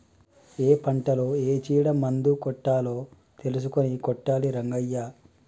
ఏ పంటలో ఏ చీడ మందు కొట్టాలో తెలుసుకొని కొట్టాలి రంగయ్య